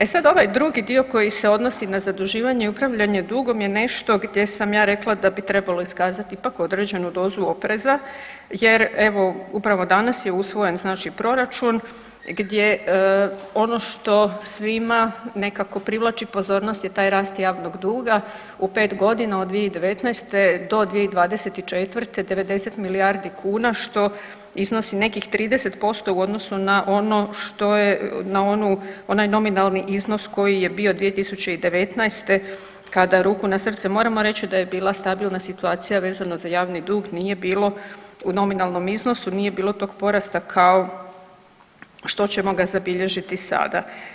E sad, ovaj drugi dio koji se odnosi na zaduživanje i upravljanje dugom je nešto gdje sam ja rekla da bi trebalo iskazati ipak određenu dozu opreza jer evo upravo danas je usvojen znači proračun gdje ono što svima nekako privlači pozornost je taj rast javnog duga, u 5 godina od 2019. do 2024. 90 milijardi kuna što iznosi nekih 30% u odnosu na ono što je, na onaj nominalni iznos koji je bio 2019. kada ruku na srce moramo reći da je bila stabilna situacija vezano za javni dug nije bilo u nominalnom iznosu, nije bilo tog porasta kao što ćemo ga zabilježiti sada.